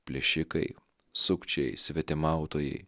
plėšikai sukčiai svetimautojai